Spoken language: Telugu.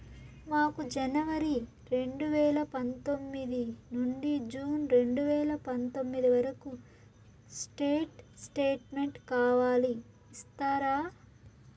మాకు జనవరి రెండు వేల పందొమ్మిది నుండి జూన్ రెండు వేల పందొమ్మిది వరకు స్టేట్ స్టేట్మెంట్ కావాలి ఇస్తారా